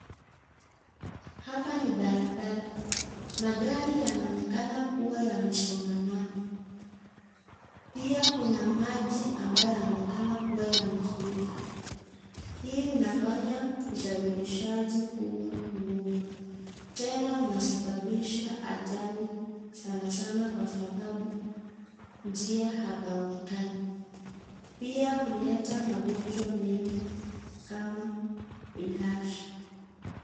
Hapa ni barabara. Magari yanaonekana kuwa yamesongamana. Pia kuna maji ambayo yameonekana kuwa yamefurika. Hii unafanya usafirishaji kuwa ngumu. Tena unasababisha ajali sana sana kwa sababu njia hapaonekani. Pia huleta magonjwa mengi kama bilasha.